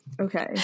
Okay